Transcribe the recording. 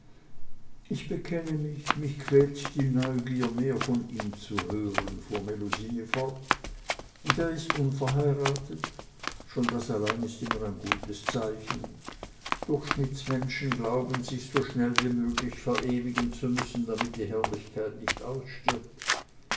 ich bekenne mich quält die neugier mehr von ihm zu hören fuhr melusine fort und er ist unverheiratet schon das allein ist immer ein gutes zeichen durchschnittsmenschen glauben sich so schnell wie möglich verewigen zu müssen damit die herrlichkeit nicht ausstirbt